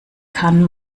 kann